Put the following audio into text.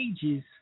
pages